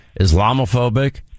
Islamophobic